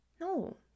no